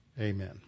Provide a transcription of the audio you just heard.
amen